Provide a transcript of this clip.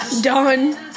done